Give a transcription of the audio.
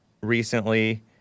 recently